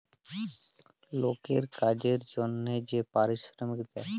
লকের কাজের জনহে যে পারিশ্রমিক দেয়